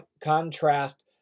contrast